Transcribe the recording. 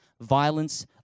violence